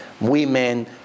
women